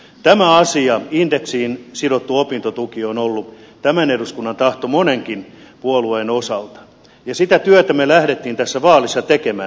tämä asia indeksiin sidottu opintotuki on ollut tämän eduskunnan tahto monenkin puolueen osalta ja sitä työtä me lähdimme tässä vaalissa tekemään